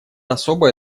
особое